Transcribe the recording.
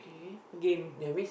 game